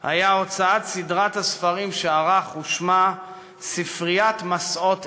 היה הוצאת סדרת הספרים שערך ושמה "ספריית מסעות ארץ-ישראל"